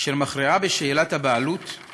אשר מכריעה בשאלת הבעלות על